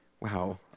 Wow